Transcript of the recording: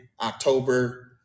October